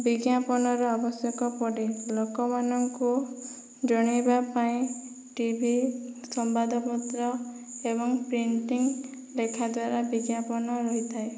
ବିଜ୍ଞାପନର ଆବଶ୍ୟକ ପଡ଼େ ଲୋକମାନଙ୍କୁ ଜଣେଇବା ପାଇଁ ଟିଭି ସମ୍ବାଦ ପତ୍ର ଏବଂ ପ୍ରିଣ୍ଟିଂ ଲେଖା ଦ୍ୱାରା ବିଜ୍ଞାପନ ରହିଥାଏ